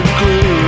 glue